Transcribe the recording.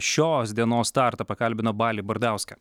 šios dienos startą pakalbino balį bardauską